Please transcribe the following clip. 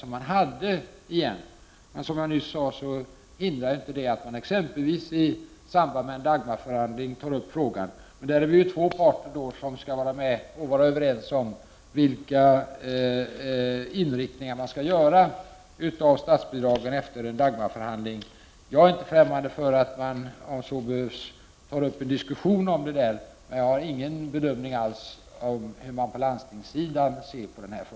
Men det hindrar inte, som sagt, att man exempelvis i samband med Dagmarförhandlingar tar upp frågan. Men då är det två parter som skall vara överens om inriktningen av statsbidragen. Jag är inte främmande för att, om så behövs, dessa saker tas upp till diskussion. Men jag kan inte bedöma hur man på landstingssidan ser på sådant här.